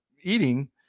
eating